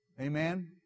Amen